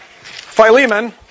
Philemon